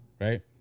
right